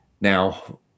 Now